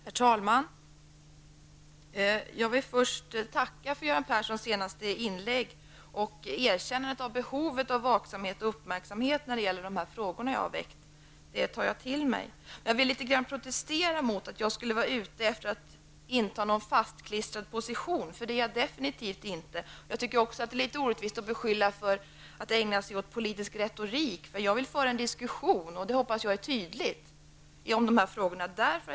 Herr talman! Jag vill först tacka för Göran Perssons senaste inlägg och erkännandet av behovet av vaksamhet och uppmärksamhet i de frågor som jag har väckt. Det tar jag till mig. Men jag vill litet protestera mot att jag skulle vara ute efter att inta en fastlåst position, för det är jag definitivt inte. Jag tycker också att det är litet orättvist att beskylla mig för att jag vill ägna mig åt politisk retorik, för jag vill föra en diskussion -- jag hoppas att det är tydligt -- om dessa frågor.